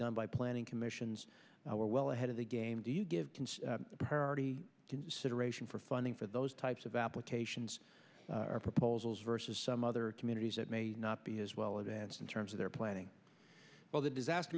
done by planning commissions now are well ahead of the game do you give consent parity consideration for funding for those types of applications are proposals versus some other communities that may not be as well events in terms of their planning well the disaster